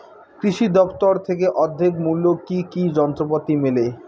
কৃষি দফতর থেকে অর্ধেক মূল্য কি কি যন্ত্রপাতি মেলে?